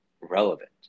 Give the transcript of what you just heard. relevant